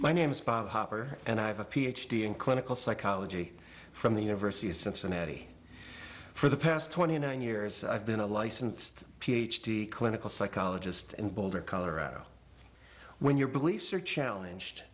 my name is bob harper and i have a ph d in clinical psychology from the university of cincinnati for the past twenty nine years i've been a licensed ph d clinical psychologist in boulder colorado when your beliefs are challenged